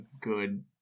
good